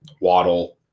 Waddle